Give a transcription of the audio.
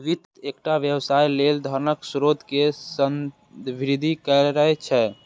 वित्त एकटा व्यवसाय लेल धनक स्रोत कें संदर्भित करै छै